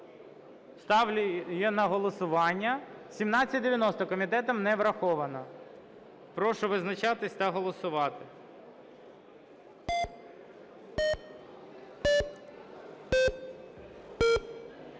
Ставлю на голосування 1790, комітетом не враховано. Прошу визначатись та голосувати.